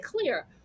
clear